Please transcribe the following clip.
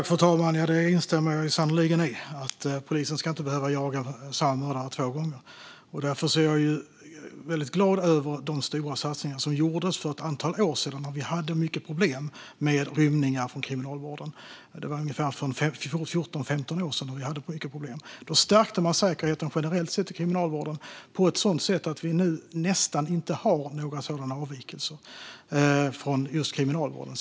Fru talman! Jag instämmer sannerligen i att polisen inte ska behöva jaga samma mördare två gånger. Därför är jag glad över de stora satsningar som gjordes för ungefär 14-15 år sedan då det var mycket problem med rymningar från kriminalvården. Då stärkte man säkerheten generellt i kriminalvården, på ett sådant sätt att vi nu nästan inte har några sådana avvikelser från just kriminalvården.